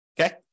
Okay